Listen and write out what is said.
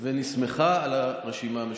כי היא נסמכה על הרשימה המשותפת.